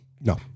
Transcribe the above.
No